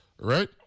right